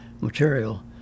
material